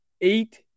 eight